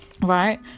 Right